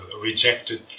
rejected